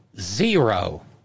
zero